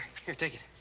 here, take it.